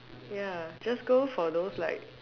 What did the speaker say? ya just go for those like